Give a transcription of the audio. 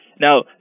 Now